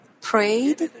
prayed